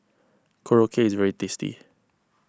Korokke is very tasty